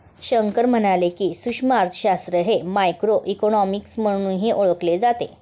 शंकर म्हणाले की, सूक्ष्म अर्थशास्त्र हे मायक्रोइकॉनॉमिक्स म्हणूनही ओळखले जाते